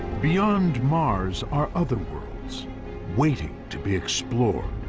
beyond mars, are other worlds waiting to be explored